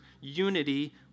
unity